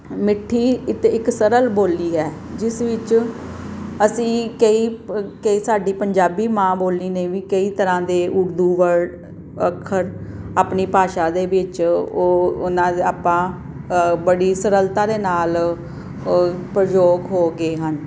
ਮਿੱਠੀ ਇਤ ਇੱਕ ਸਰਲ ਬੋਲੀ ਹੈ ਜਿਸ ਵਿੱਚ ਅਸੀਂ ਕਈ ਕਈ ਸਾਡੀ ਪੰਜਾਬੀ ਮਾਂ ਬੋਲੀ ਨੇ ਵੀ ਕਈ ਤਰ੍ਹਾਂ ਦੇ ਉਰਦੂ ਵਰਡ ਅੱਖਰ ਆਪਣੀ ਭਾਸ਼ਾ ਦੇ ਵਿੱਚ ਉਹ ਉਹਨਾਂ ਆਪਾਂ ਬੜੀ ਸਰਲਤਾ ਦੇ ਨਾਲ ਪ੍ਰਯੋਗ ਹੋ ਗਏ ਹਨ